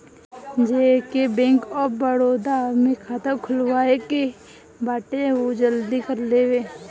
जेके bank of Baroda में खाता खुलवाए के बाटे उ जल्दी कर लेवे